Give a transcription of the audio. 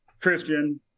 christian